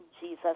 jesus